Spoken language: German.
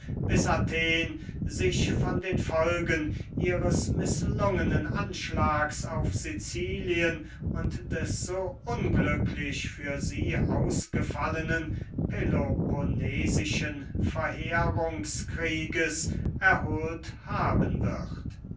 bis athen sich von den folgen ihres mißlungenen anschlags auf sicilien und des so unglücklich für sie ausgefallenen peloponnesischen verheerungskrieges erhohlt haben wird